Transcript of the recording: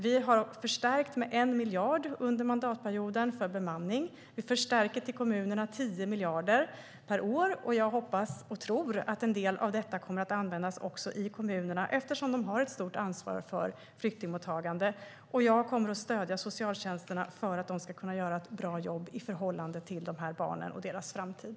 Vi har förstärkt med 1 miljard under mandatperioden för bemanning. Vi förstärker kommunerna med 10 miljarder per år. Jag hoppas och tror att en del av detta kommer att användas i kommunerna eftersom de har ett stort ansvar för flyktingmottagande. Jag kommer att stödja socialtjänsterna för att de ska kunna göra ett bra jobb i förhållande till de här barnen och deras framtid.